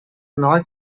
not